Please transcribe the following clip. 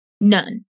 None